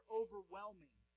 overwhelming